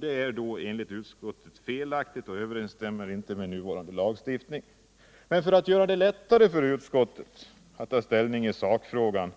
Det är enligt utskottet felaktigt och inte i överensstämmelse med gällande lagstiftning. För att göra det lättare för utskottet när det gäller sakfrågan